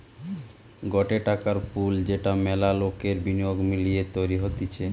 গটে টাকার পুল যেটা মেলা লোকের বিনিয়োগ মিলিয়ে তৈরী হতিছে